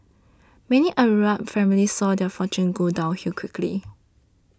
many Arab families saw their fortunes go downhill quickly